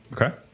Okay